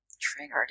triggered